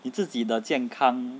你自己的健康